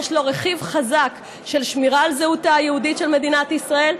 יש לו רכיב חזק של שמירה על זהותה היהודית של מדינת ישראל,